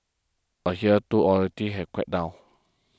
but here too authorities have cracked down